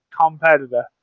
Competitor